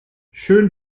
schön